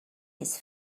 his